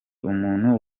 umuntu